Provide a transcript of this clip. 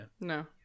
no